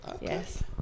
yes